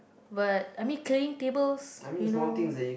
but I mean cleaning tables you know